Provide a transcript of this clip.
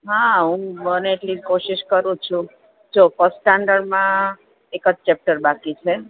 હા હું બને એટલી કોશીસ કરું છું જો ફશ સ્ટાન્ડરમાં એક જ ચેપટર બાકી છે